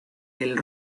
del